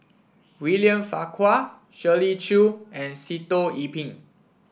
William Farquhar Shirley Chew and Sitoh Yih Pin